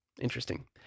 Interesting